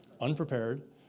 Unprepared